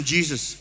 Jesus